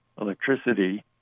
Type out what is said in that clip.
electricity